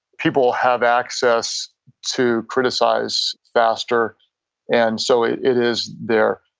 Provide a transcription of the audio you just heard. people have access to criticize faster and so it it is there.